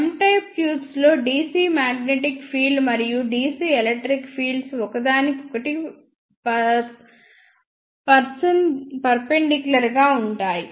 M type tubes లో DC magnetic field మరియు DC electric fields ఒకదానికొకటి పర్పెన్ డిక్యులర్గా ఉంటాయి